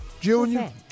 Junior